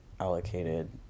allocated